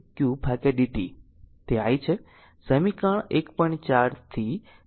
1 I dqdt થી તે i છે સમીકરણ 1